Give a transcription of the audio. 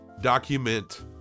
document